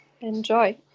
enjoy